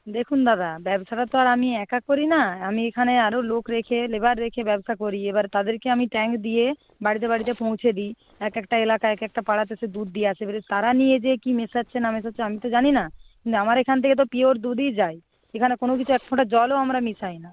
দেখুন দাদা ব্যবসাটা তো আর আমি একা করি না আমি এখানে আরও লোক রেখে লেবার রেখে ব্যবসা করি এবার তাদেরকে আমি ট্যাঙ্ক দিয়ে বাড়িতে বাড়িতে পৌঁছে দিই এক একটা এলাকা এক একটা পাড়াতে সে দুধ দিয়ে আসে এবারে তারা নিয়ে যেয়ে কি মেশাচ্ছে না মেশাচ্ছে আমি তো জানি না কিন্তু আমার এখান থেকে তো পিওর দুধই যায় সেখানে কোনো কিছু এক ফোঁটা জলও আমরা মিশাই না